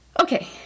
Okay